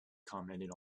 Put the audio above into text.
commented